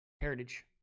heritage